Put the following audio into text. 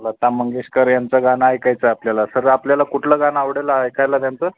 लता मंगेशकर यांचं गाणं ऐकायचं आहे आपल्याला सर आपल्याला कुठलं गाणं आवडेल ऐकायला त्यांचं